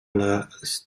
les